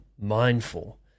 mindful